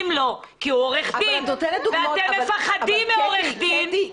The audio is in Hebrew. לו כי הוא עורך דין ואתם מפחדים מעורכי דין.